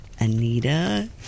Anita